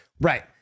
Right